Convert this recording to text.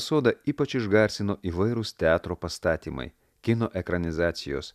sodą ypač išgarsino įvairūs teatro pastatymai kino ekranizacijos